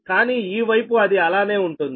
కానీ ఈ వైపు అది అలానే ఉంటుంది